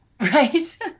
Right